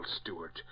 Stewart